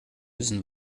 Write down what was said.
müssen